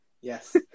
Yes